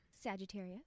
Sagittarius